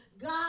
God